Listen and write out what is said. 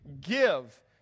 give